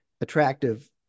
attractive